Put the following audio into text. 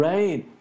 Right